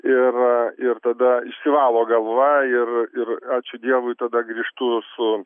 ir ir tada išsivalo galva ir ir ačiū dievui tada grįžtu su